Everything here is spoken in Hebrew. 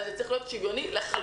אבל זה צריך להיות שוויוני לחלוטין.